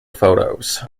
photos